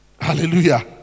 Hallelujah